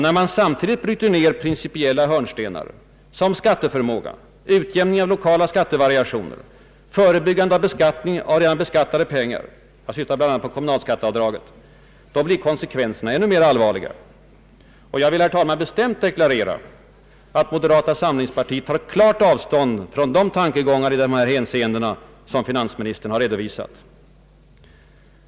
När man samtidigt bryter ned principiella hörnstenar som skatteförmåga, utjämning av lokala skattevariationer och förebyggande av beskattning av redan beskattade pengar — jag syftar bl.a. på kommunalskatteavdraget — då blir konsekvenserna än mer allvarliga. Jag vill, herr talman, bestämt deklarera, att moderata samlingspartiet tar klart avstånd från de tankegångar i dessa hänseenden som finansministern har redovisat.